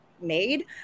made